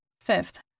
Fifth